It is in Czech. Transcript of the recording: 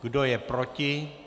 Kdo je proti?